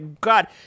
God